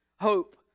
hope